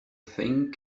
thing